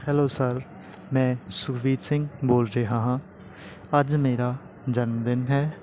hello sir ਮੈਂ ਸੁਖਬੀਰ ਸਿੰਘ ਬੋਲ ਰਿਹਾ ਹਾਂ ਅੱਜ ਮੇਰਾ ਜਨਮ ਦਿਨ ਹੈ